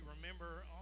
remember